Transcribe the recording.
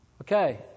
Okay